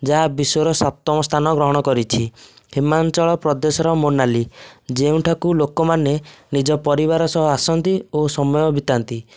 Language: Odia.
ଯାହା ବିଶ୍ୱର ସପ୍ତମ ସ୍ଥାନ ଗ୍ରହଣ କରିଛି ହିମାଞ୍ଚଳ ପ୍ରଦେଶର ମନାଲି ଯେଉଁଠାକୁ ଲୋକମାନେ ନିଜ ପରିବାର ସହ ଆସନ୍ତି ଓ ସମୟ ବିତାନ୍ତି